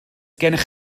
gennych